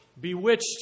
bewitched